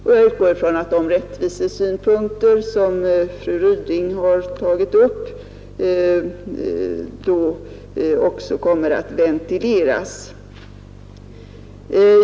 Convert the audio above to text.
Jag utgår ifrån att de rättvisesynpunkter som fru Ryding har tagit upp då också kommer att ventileras.